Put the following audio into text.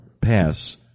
pass